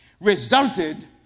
resulted